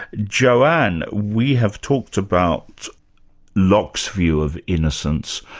joanne, we have talked about locke's view of innocence.